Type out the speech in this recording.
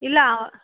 இல்லை ஆ